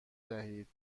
دهید